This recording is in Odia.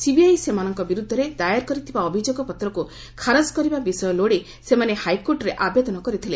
ସିବିଆଇ ସେମାନଙ୍କ ବିରୁଦ୍ଧରେ ଦାଏର୍ କରିଥିବା ଅଭିଯୋଗ ପତ୍ରକୁ ଖାରଜ କରିବା ବିଷୟ ଲୋଡ଼ି ସେମାନେ ହାଇକୋର୍ଟରେ ଆବେଦନ କରିଥିଲେ